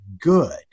good